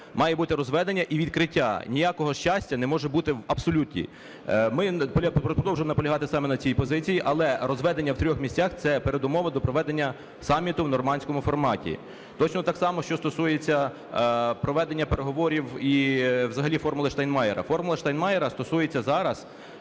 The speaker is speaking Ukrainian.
Має бути розведення і відкриття, ніякого Щастя не може бути в абсолюті. Ми… Я продовжую наполягати саме на цій позиції. Але розведення в трьох місцях – це передумова до проведення саміту в "нормандському форматі". Точно так само, що стосується проведення переговорів і взагалі "формули Штайнмайєра". "Формула Штайнмайєра" стосується зараз,